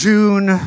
June